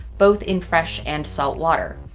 both in fresh and salt water.